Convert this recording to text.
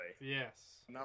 Yes